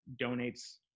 donates